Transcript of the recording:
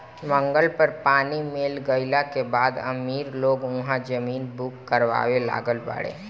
मंगल पर पानी मिल गईला के बाद अमीर लोग उहा जमीन बुक करावे लागल बाड़े